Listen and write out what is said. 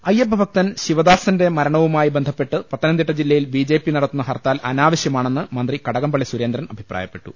അയ്യപ്പ ഭക്തൻ ശിവദാസന്റെ മരണവുമായി ബന്ധപ്പെട്ട് പത്തനംതിട്ട ജില്ലയിൽ ബി ജെ പി നടത്തുന്ന ഹർത്താൽ അനാ വശ്യമാണെന്ന് മന്ത്രി കടകംപള്ളി സുരേന്ദ്രൻ അഭിപ്രായപ്പെ ട്ടു